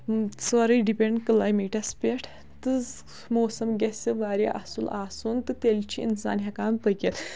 سورٕے ڈِپینٛڑ کٔلیمیٹَس پٮ۪ٹھ تہٕ موسَم گژھِ واریاہ اَصٕل آسُن تہٕ تیٚلہِ چھُ اِنسان ہیٚکان پٔکِتھ